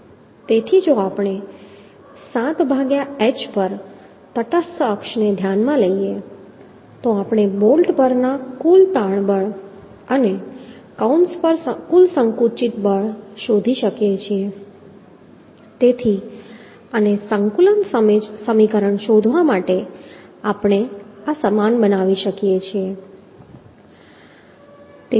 તેથી જો આપણે 7 ભાગ્યા h પર તટસ્થ અક્ષને ધ્યાનમાં લઈએ તો આપણે બોલ્ટ પરના કુલ તાણ બળ અને કૌંસ પર કુલ સંકુચિત બળ શોધી શકીએ છીએ તેથી અને સંતુલન સમીકરણ શોધવા માટે આપણે સમાન બનાવી શકીએ છીએ